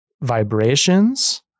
vibrations